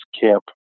camp